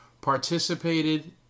participated